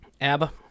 ABBA